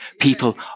People